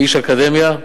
כאיש אקדמיה?